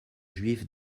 juifs